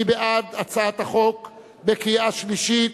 מי בעד הצעת החוק בקריאה שלישית?